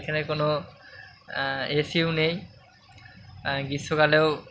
এখানে কোনো এ সিও নেই গ্রীষ্মকালেও